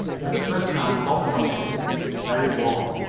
for the first time bob noticed that it was very warm.